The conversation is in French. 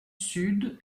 sud